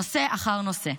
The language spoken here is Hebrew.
נושא אחר נושא.